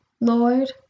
Lord